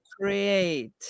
create